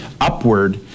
upward